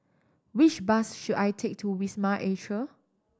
which bus should I take to Wisma Atria